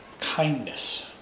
kindness